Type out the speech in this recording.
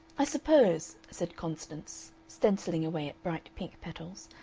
i suppose, said constance, stencilling away at bright pink petals,